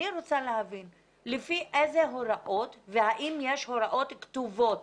אני רוצה להבין לפי איזה הוראות והאם יש הוראות כתובות